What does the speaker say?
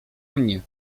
mnie